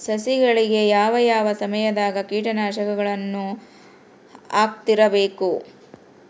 ಸಸಿಗಳಿಗೆ ಯಾವ ಯಾವ ಸಮಯದಾಗ ಕೇಟನಾಶಕಗಳನ್ನು ಹಾಕ್ತಿರಬೇಕು?